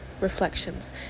Reflections